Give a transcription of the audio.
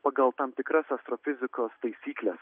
pagal tam tikras astrofizikos taisykles